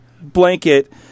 blanket